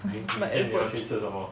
my my